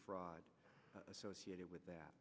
fraud associated with that